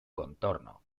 contorno